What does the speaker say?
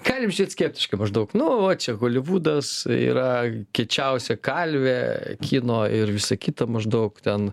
galim žiūrėt skeptiškai maždaug nu va čia holivudas yra kiečiausia kalvė kino ir visa kita maždaug ten